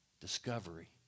discovery